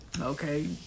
Okay